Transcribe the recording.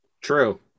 True